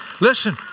listen